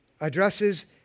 addresses